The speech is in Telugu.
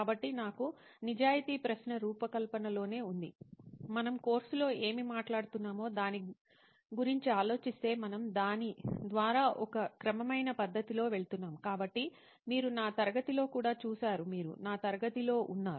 కాబట్టి నాకు నిజాయితీ ప్రశ్న రూపకల్పనలోనే ఉంది మనం కోర్సులో ఏమి మాట్లాడుతున్నామో దాని గురించి ఆలోచిస్తే మనం దాని ద్వారా ఒక క్రమమైన పద్దతితో వెళుతున్నాం కాబట్టి మీరు నా తరగతిలో కూడా చూశారు మీరు నా తరగతిలో ఉన్నారు